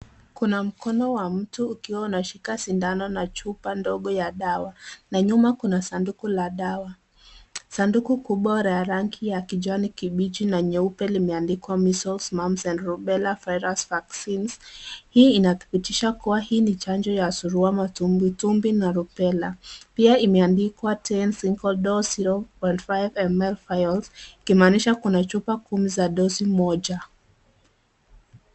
Kuna mkono wa mtu ukiwa unashika sindano na chupa ndogo ya dawa, na nyuma kuna sanduku la dawa. Sanduku kubwa la rangi ya kijani kibichi na nyeupe limeandikwa measles, mumps and rubella virus vaccines .Hii inadhibitisha kuwa hii ni chanjo ya suruu, ama tumbitumbi, na rubella. Pia imeandikwa ten single dose 0.5ml vials ikimanisha kuna chupa kumi za dosi moja.